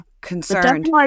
concerned